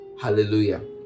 Hallelujah